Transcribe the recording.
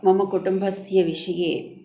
मम कुटुम्भस्य विषये